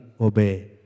obey